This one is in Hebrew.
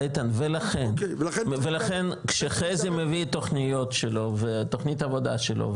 איתן ולכן כשחזי מביא תוכנית שלו ותוכנית עבודה שלו,